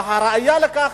והראיה לכך,